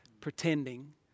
pretending